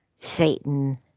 Satan